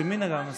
שמי נגע במסכים?